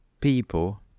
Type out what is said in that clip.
people